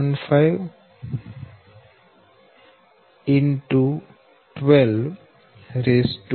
015 X 12